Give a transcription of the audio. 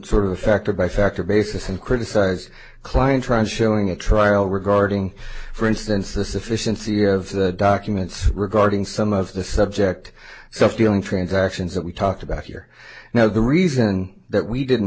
for affected by factor basis and criticize client trying to showing a trial regarding for instance the sufficiency of documents regarding some of the subject so stealing transactions that we talked about here now the reason that we didn't